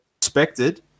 expected